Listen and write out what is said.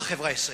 בחברה הישראלית?